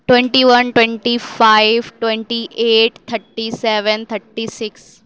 twenty one twenty five twenty eight thirty seven thirty six